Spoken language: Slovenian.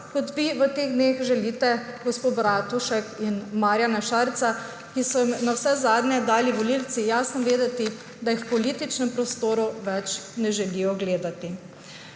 kot vi v teh dneh želite gospo Bratušek in Marjana Šarca, ki so jim navsezadnje dali volivci jasno vedeti, da jih v političnem prostoru več ne želijo gledati.